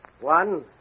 One